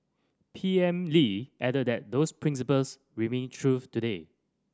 P M Lee added that those principles remain truth today